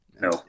No